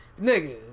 Nigga